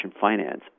finance